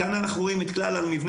בשקף הבא אנחנו רואים את כלל המבנה,